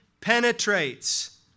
penetrates